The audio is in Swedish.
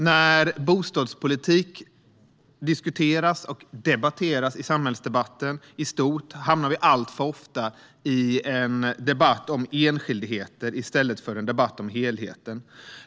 När bostadspolitik diskuteras och debatteras i samhällsdebatten i stort hamnar vi alltför ofta i en debatt om enskildheter i stället för i en debatt om helheten.